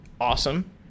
Awesome